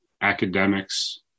academics